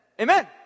Amen